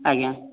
ଆଜ୍ଞା